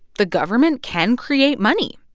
the government can create money.